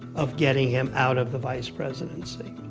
of getting him out of the vice presidency.